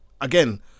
again